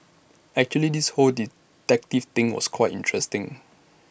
actually this whole detective thing was quite exciting